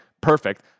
Perfect